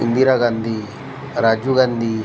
Indira Gandhi Rajiv Gandhi